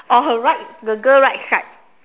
on her right the girl right side